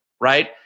right